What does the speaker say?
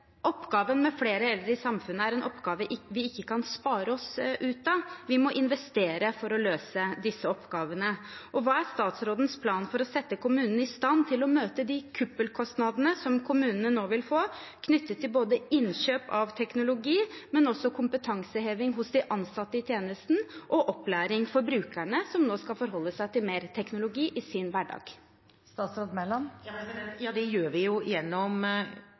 samfunnet er en oppgave vi ikke kan spare oss ut av. Vi må investere for å løse disse oppgavene. Hva er statsrådens plan for å sette kommunene i stand til å møte de «pukkelkostnadene» som kommunene nå vil få, knyttet til både innkjøp av teknologi, kompetanseheving hos de ansatte i tjenesten og opplæring for brukerne, som nå skal forholde seg til mer teknologi i sin hverdag? Det gjør vi gjennom solide kommuneopplegg, som gjør at kommunene kan prioritere dette området – og det gjør kommunene. Det spleiselaget vi